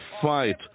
fight